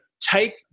Take